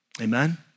Amen